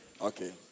Okay